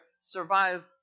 survive